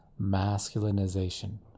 masculinization